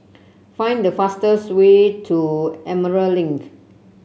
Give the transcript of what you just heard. find the fastest way to Emerald Link